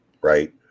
right